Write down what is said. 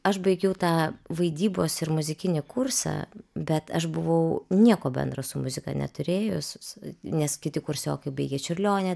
aš baigiau tą vaidybos ir muzikinį kursą bet aš buvau nieko bendro su muzika neturėjus nes kiti kursiokai baigė čiurlionį